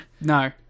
No